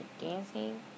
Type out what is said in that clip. dancing